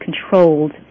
controlled